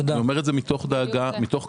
אני אומר את זה מתוך דאגה וכבוד.